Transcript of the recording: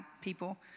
people